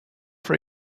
for